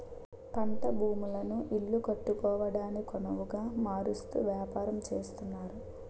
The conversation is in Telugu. పంట భూములను ఇల్లు కట్టుకోవడానికొనవుగా మారుస్తూ వ్యాపారం చేస్తున్నారు